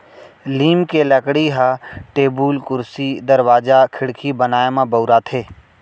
लीम के लकड़ी ह टेबुल, कुरसी, दरवाजा, खिड़की बनाए म बउराथे